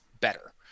better